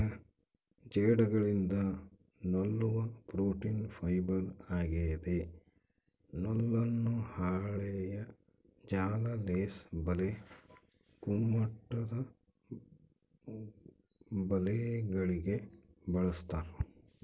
ಜೇಡಗಳಿಂದ ನೂಲುವ protein fibre ಆಗಿದೆ ನೂಲನ್ನು ಹಾಳೆಯ ಜಾಲ ಲೇಸ್ ಬಲೆ ಗುಮ್ಮಟದಬಲೆಗಳಿಗೆ ಬಳಸ್ತಾರ